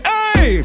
Hey